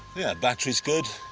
yeah, battery's good.